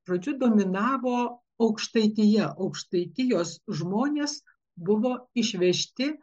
žodžiu dominavo aukštaitija aukštaitijos žmonės buvo išvežti